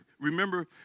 Remember